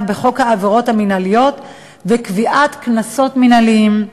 בחוק העבירות המינהליות וקביעת קנסות מינהליים,